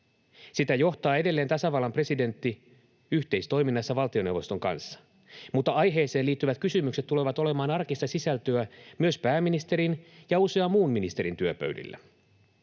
Sitä johtaa edelleen tasavallan presidentti yhteistoiminnassa valtioneuvoston kanssa, mutta aiheeseen liittyvät kysymykset tulevat olemaan arkista sisältöä myös pääministerin ja usean muun ministerin työpöydillä.